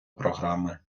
програми